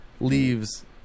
leaves